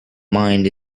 mind